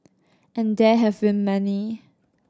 and there have been many